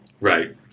Right